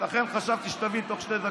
לכן חשבתי שתבין בתוך שתי דקות.